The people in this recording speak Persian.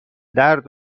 درد